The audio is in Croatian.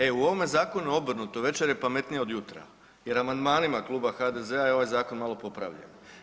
E, u ovome zakonu obrnuto večer je pametnija od jutra, jer amandmanima Kluba HDZ-a je ovaj zakon malo popravljen.